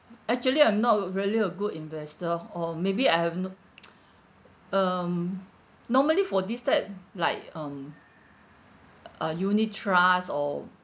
actually I'm not a really a good investor or maybe I have no um normally for this type like um uh unit trust or